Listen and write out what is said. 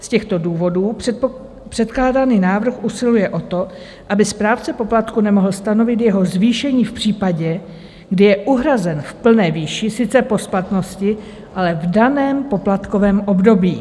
Z těchto důvodů předkládaný návrh usiluje o to, aby správce poplatku nemohl stanovit jeho zvýšení v případě, kdy je uhrazen v plné výši, sice po splatnosti, ale v daném poplatkovém období.